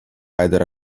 either